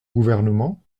gouvernement